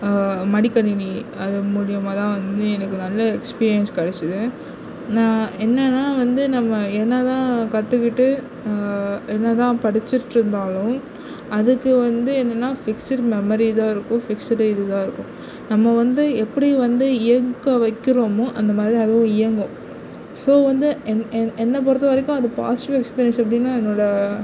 மடிக்கணினி அது முலிமாதான் வந்து எனக்கு நல்ல எக்ஸ்பீரியன்ஸ் கிடைச்சிது நான் என்னனால் வந்து நம்ம என்னதான் கற்றுக்கிட்டு என்னதான் படித்துட்டு இருந்தாலும் அதுக்கு வந்து என்னென்னால் ஃபிக்ஸ்டு மெமரி தான் இருக்கும் ஃபிக்ஸ்டு இதுதான் இருக்கும் நம்ம வந்து எப்படி வந்து இயக்க வைக்கிறோமோ அந்த மாதிரி அதுவும் இயங்கும் ஸோ வந்து என்னை பொறுத்த வரைக்கும் அது பாசிட்டிவ் எக்ஸ்பீரியன்ஸ் அப்படின்னா என்னோடய